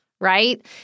Right